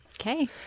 Okay